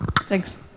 Thanks